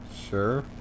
Sure